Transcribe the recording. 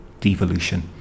devolution